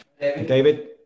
David